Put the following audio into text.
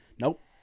Nope